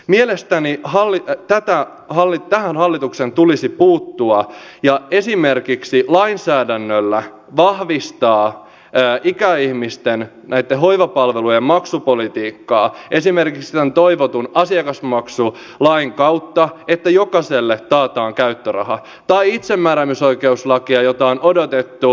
mielestäni tähän hallituksen tulisi puuttua ja esimerkiksi lainsäädännöllä vahvistaa ikäihmisten hoivapalvelujen maksupolitiikkaa esimerkiksi tämän toivotun asiakasmaksulain kautta että jokaiselle taataan käyttöraha tai ikäihmisten perusoikeuksia itsemääräämisoikeuslain kautta jota on odotettu